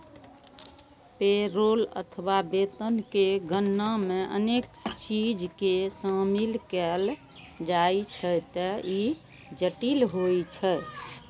payroll अथवा वेतन के गणना मे अनेक चीज कें शामिल कैल जाइ छैं, ते ई जटिल होइ छै